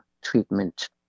treatment